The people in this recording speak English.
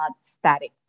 static